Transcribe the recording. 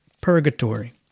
purgatory